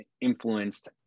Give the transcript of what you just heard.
influenced